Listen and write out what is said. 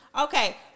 Okay